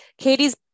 Katie's